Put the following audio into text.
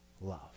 love